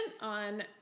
on